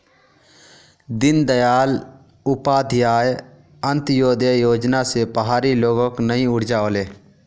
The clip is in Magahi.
दीनदयाल उपाध्याय अंत्योदय योजना स पहाड़ी लोगक नई ऊर्जा ओले